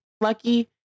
lucky